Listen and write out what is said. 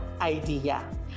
idea